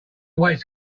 weights